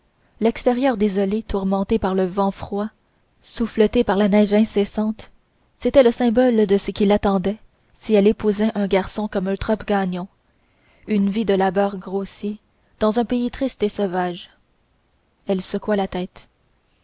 l'extérieur désolé tourmenté par le vent froid souffleté par la neige incessante c'était le symbole de ce qui l'attendait si elle épousait un garçon comme eutrope gagnon une vie de labeur grossier dans un pays triste et sauvage elle secoua la tête